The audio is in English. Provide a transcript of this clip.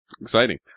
exciting